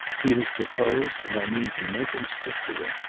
he has proposed, and i mean to make him stick to it.